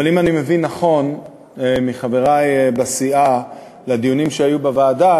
אבל אם אני מבין נכון מחברי בסיעה לדיונים שהיו בוועדה,